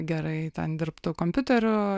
gerai ten dirbtų kompiuteriu